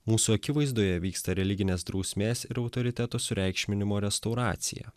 mūsų akivaizdoje vyksta religinės drausmės ir autoriteto sureikšminimo restauracija